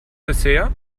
dessert